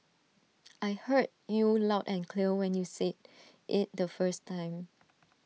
I heard you loud and clear when you said IT the first time